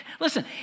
listen